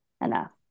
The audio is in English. enough